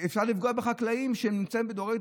אפשר לפגוע בחקלאים שהם דורי-דורות,